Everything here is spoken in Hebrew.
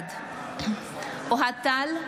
בעד אוהד טל,